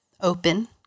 open